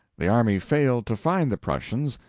the army failed to find the prussians,